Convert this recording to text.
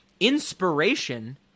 inspiration